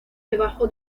debajo